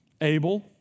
Abel